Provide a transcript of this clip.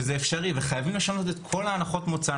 שזה אפשרי וחייבים לשנות את כל הנחות המוצא.